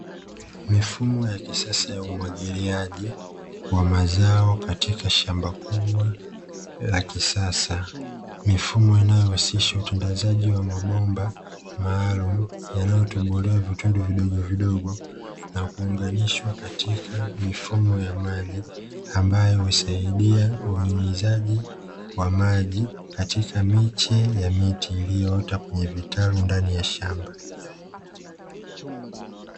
Mifumo ya kisasa ya umwagiliaji wa mazao katika shamba kubwa la kisasa. Mifumo inayohusisha utandazaji wa mabomba maalumu yanayotobolewa vitundu vidogovidogo, na kuunganishwa katika mifumo ya maji ambayo husaidia unyunyizaji wa maji katika miche ya miti iliyoota kwenye vitalu ndani ya shamba.